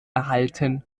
erhalten